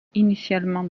initialement